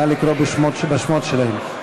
נא לקרוא בשמות שלהם.